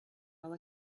all